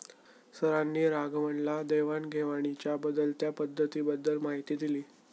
सरांनी राघवनला देवाण घेवाणीच्या बदलत्या पद्धतींबद्दल माहिती दिली